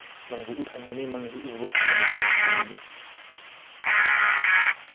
ꯅꯪꯕꯨ ꯎꯠꯍꯟꯒꯅꯤ ꯅꯪꯅꯁꯨ ꯎꯕ